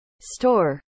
store